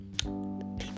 people